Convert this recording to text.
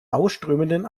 ausströmenden